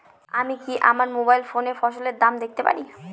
আমি কি আমার মোবাইল ফোনে ফসলের দাম দেখতে পারি?